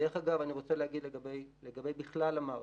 דרך אגב, אני רוצה להגיד לגבי בכלל המערכת.